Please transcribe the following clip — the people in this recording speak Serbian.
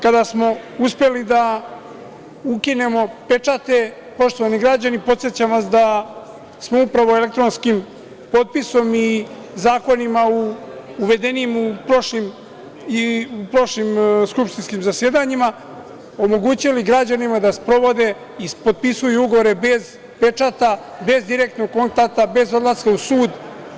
Kada smo uspeli da ukinemo pečate, poštovani građani, podsećam vas da smo upravo elektronskim potpisom i zakonima uvedenim u prošlim skupštinskim zasedanjima omogućili građanima da sprovode i ispotpisuju ugovore bez pečata, bez direktnog kontakta, bez odlaska u sud.